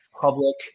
public